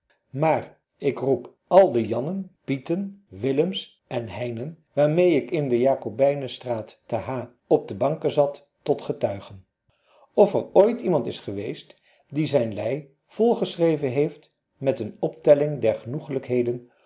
maar ik roep al de jannen pieten willems en heinen waarmee ik in de jacobijnenstraat te h op de banken zat tot getuigen of er ooit iemand is geweest die zijn lei volgeschreven heeft met een optelling der genoegelijkheden